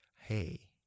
Hey